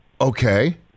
Okay